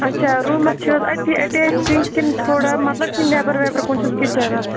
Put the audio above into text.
اَچھا روٗمَس چھُ حظ أتی اَٹیچ سِنٛک کِنہٕ تھوڑا مَطلَب کہِ نیٚبَر ویٚبَر کُن چھُس کِچَن رَژھ